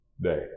day